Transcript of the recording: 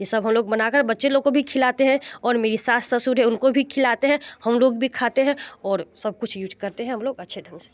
ये सब हम लोग बनाकर बच्चे लोग को भी खिलाते हैं और मेरी सास ससुर है उनको भी खिलाते हैं हम लोग भी खाते हैं और सब कुछ यूज़ करते हैं हम लोग अच्छे ढंग से